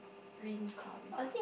green curry